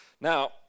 now